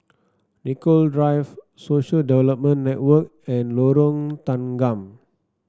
Nicoll Drive Social Development Network and Lorong Tanggam